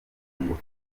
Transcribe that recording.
ngofero